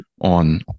on